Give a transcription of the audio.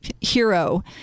hero